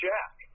Jack